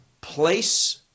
place